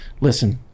listen